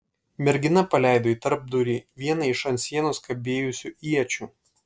mergina paleido į tarpdurį vieną iš ant sienos kabėjusių iečių